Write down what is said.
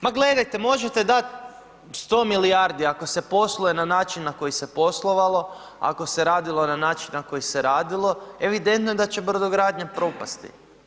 Ma gledajte, možete dat 100 milijardi ako se posluje na način na koji se poslovalo, ako se radilo na način na koji se radilo, evidentno je da će brodogradnja propasti.